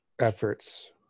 efforts